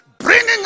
bringing